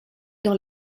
dans